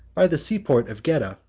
by the seaport of gedda,